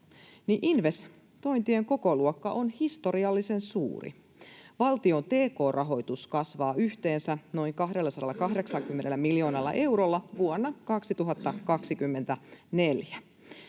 investointien kokoluokka on historiallisen suuri. Valtion tk-rahoitus kasvaa yhteensä noin 280 miljoonalla eurolla vuonna 2024,